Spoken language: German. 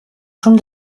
schon